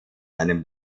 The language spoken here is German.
einem